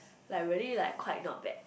like really like quite not bad